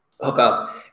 hookup